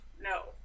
No